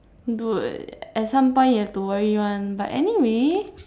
dude at some point you have to worry [one] but any way